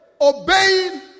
obeying